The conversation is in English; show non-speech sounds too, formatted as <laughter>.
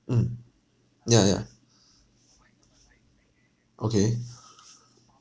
mm ya yeah okay <breath>